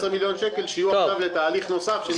פלוס 15 מיליון שקל שיהיו עכשיו לתהליך נוסף.